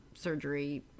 surgery